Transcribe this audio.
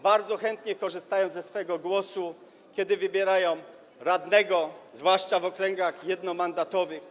Bardzo chętnie korzystają ze swego głosu, kiedy wybierają radnego, zwłaszcza w okręgach jednomandatowych.